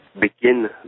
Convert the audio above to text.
begin